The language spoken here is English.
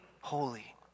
holy